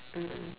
mm